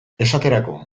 esaterako